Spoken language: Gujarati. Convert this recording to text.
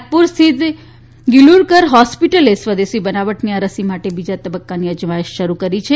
નાગપુર સ્થિત ગિલુરકર હોસ્પિટલે સ્વદેશી બનાવટની આ રસી માટે બીજા તબક્કાની અજમાયશ શરૂ કરી છે